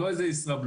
זה לא איזה ישראבלוף.